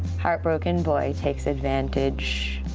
heartbroken boy takes advantage